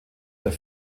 der